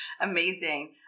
Amazing